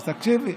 אז תקשיבי: